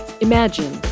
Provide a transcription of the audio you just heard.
Imagine